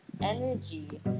energy